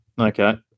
okay